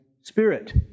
spirit